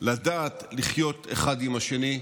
לדעת לחיות אחד עם השני,